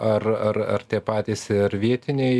ar ar tie patys ir vietiniai